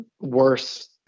worse